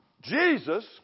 Jesus